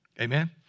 Amen